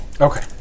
Okay